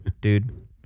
dude